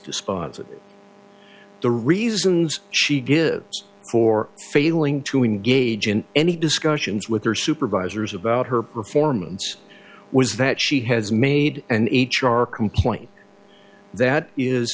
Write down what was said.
dispositive the reasons she gives for failing to engage in any discussions with her supervisors about her performance was that she has made an h r complaint that is